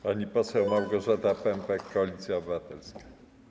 Pani poseł Małgorzata Pępek, Koalicja Obywatelska.